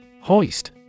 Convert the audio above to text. Hoist